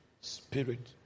spirit